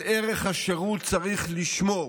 על ערך השירות צריך לשמור,